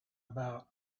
about